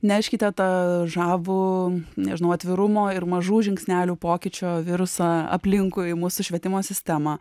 neškite tą žavų nežinau atvirumo ir mažų žingsnelių pokyčio virusą aplinkui mūsų švietimo sistemą